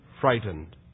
frightened